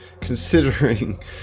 considering